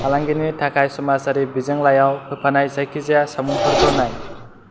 फालांगिनि थाखाय समाजारि बिजोंलाइआव होफानाय जायखिजाया सावमुंफोरखौ नाय